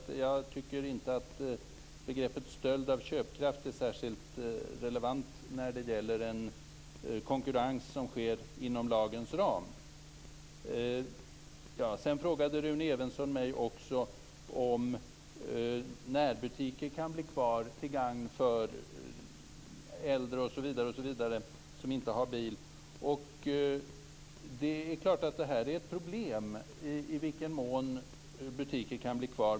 Jag tycker därför inte att begreppet "stöld av köpkraft" är särskilt relevant när det gäller en konkurrens som sker inom lagens ram. Rune Evensson frågade mig också om huruvida närbutiker kan bli kvar till gagn för äldre som inte har bil osv. Det är klart att det är ett problem i vilken mån butiker kan bli kvar.